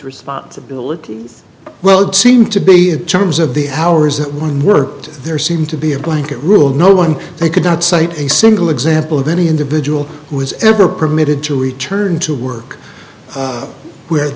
responsibility well it seemed to be in terms of the hours that one worked there seemed to be a blanket rule no one they could not cite a single example of any individual who was ever permitted to return to work where